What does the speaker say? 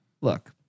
look